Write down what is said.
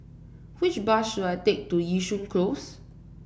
which bus should I take to Yishun Close